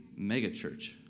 megachurch